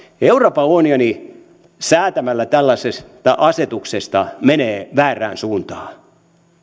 euroopan unioni säätämällä tällaisesta asetuksesta menee väärään suuntaan